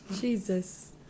Jesus